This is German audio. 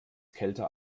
kälter